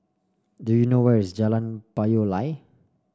do you know where is Jalan Payoh Lai